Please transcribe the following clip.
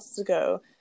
ago